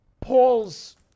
Paul's